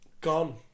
gone